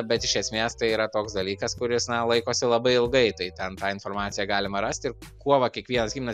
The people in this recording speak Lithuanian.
bet iš esmės tai yra toks dalykas kuris na laikosi labai ilgai tai ten tą informaciją galima rast ir kuo va kiekvienas himnas